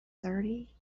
thirty